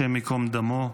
השם ייקום דמו,